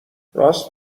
راست